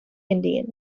indian